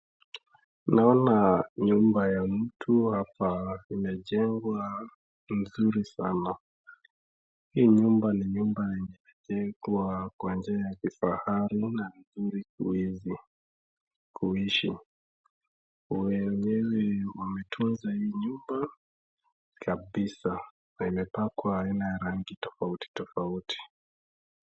Naona nyumba ya mtu hapa imejengwa mzuri sana .Hii nyumba ni nyumba imejengwa kwa njia ya kifahari na nzuri kuishi .Wenyewe wametunza hii nyumba kabisa na imepakwa aina ya rangi tofauti tofauti .